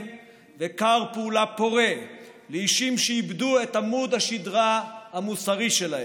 וכר פעולה פורה לאישים שאיבדו את עמוד השדרה המוסרי שלהם.